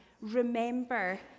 Remember